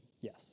Yes